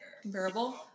comparable